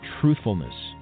truthfulness